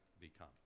become